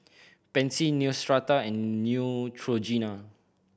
Pansy Neostrata and Neutrogena